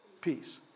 Peace